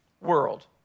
world